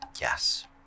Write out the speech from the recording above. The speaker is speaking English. yes